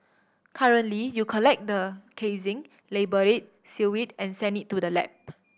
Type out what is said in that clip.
currently you collect the casing label it seal it and send it to the lab